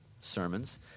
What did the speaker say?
sermons